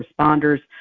responders